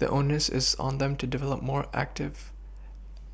the onus is on them to develop more active